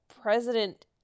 president